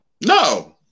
No